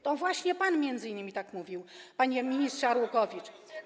To właśnie m.in. pan tak mówił, panie ministrze Arłukowicz.